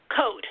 code